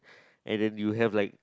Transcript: and then you have like